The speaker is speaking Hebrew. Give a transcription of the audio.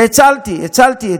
והצלתי, הצלתי.